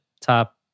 top